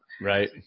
Right